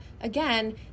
again